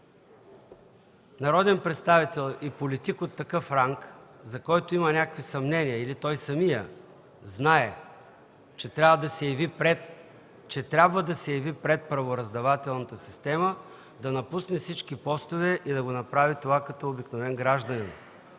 народен представител и политик от такъв ранг, за който има някакви съмнения или самият той знае, че трябва да се яви пред правораздавателната система, да напусне всички постове и да направи това като обикновен гражданин,